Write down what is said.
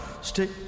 stick